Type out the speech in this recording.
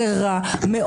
זה רע מאוד.